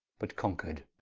but conquered